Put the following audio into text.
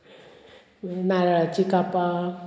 नारळाची काप